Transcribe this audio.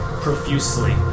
profusely